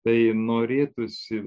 tai norėtųsi